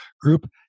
Group